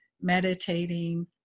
meditating